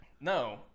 No